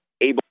able